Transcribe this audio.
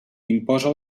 imposa